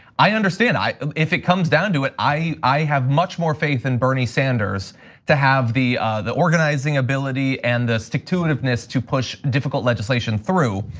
i understand, if it comes down to it, i have much more faith in bernie sanders to have the the organizing ability and the stick-to-it-iveness to push difficult legislation through.